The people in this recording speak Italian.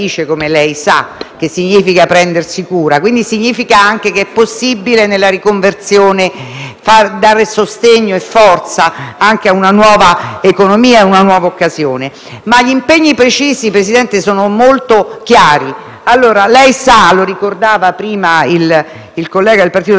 dare sostegno e forza anche ad una nuova economia, a una nuova occasione. Gli impegni precisi, presidente Conte, sono molto chiari. Lei sa - lo ricordava prima il collega del Partito Democratico - che rispetto agli obiettivi che l'Unione europea si era data per il 2030 vi è stato un passo in avanti compiuto dal Parlamento